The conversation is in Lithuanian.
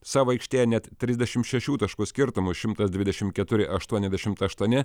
savo aikštėje net trisdešimt šešių taškų skirtumu šimtas dvidešimt keturi aštuoniasdešimt aštuoni